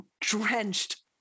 drenched